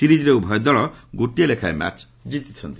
ସିରିଜ୍ରେ ଉଭୟ ଦଳ ଗୋଟିଏ ଲେଖାଏଁ ମ୍ୟାଚ୍ ଜିତିଛନ୍ତି